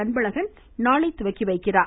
அன்பழகன் நாளை தொடங்கி வைக்கிறார்